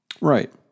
Right